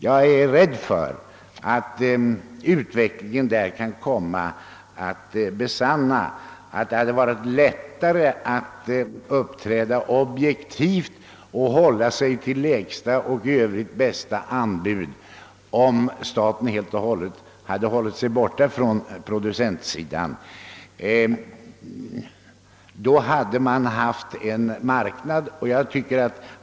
Jag är rädd för att utvecklingen kan komma att besanna att det hade varit lättare att uppträda objektivt och att anta lägsta och i övrigt bästa anbud, om staten helt hade hållit sig borta från producentsidan. Vi hade då haft en fri marknad.